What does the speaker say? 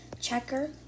Checker